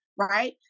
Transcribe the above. right